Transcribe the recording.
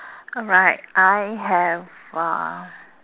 alright I have uh